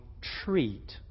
treat